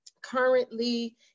currently